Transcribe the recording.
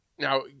Now